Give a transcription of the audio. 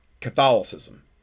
Catholicism